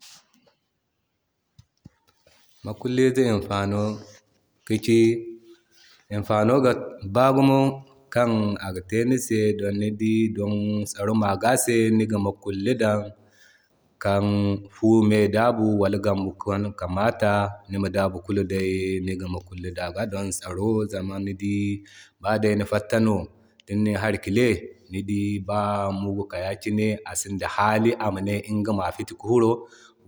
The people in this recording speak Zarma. Makullize imfano kici imfano go baa gumo kan aga te ni se don ni di don tsaro maga se. Niga mukulli dan kan fuu me ga daabu wal game hankan kamata nima daabu kulu day niga mukulli dan aga don tsaro. Zama ni di baday ni fatta no din nin hari kile ni dii baday mugu ka ya kine asinda hali amane iŋgama fiti ki furoo.